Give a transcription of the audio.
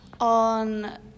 on